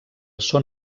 són